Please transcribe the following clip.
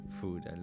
Food